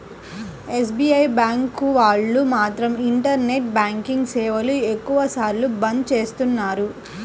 SBI bank వాళ్ళు మాత్రం internet banking సేవలను ఎక్కువ సార్లు బంద్ చేస్తున్నారు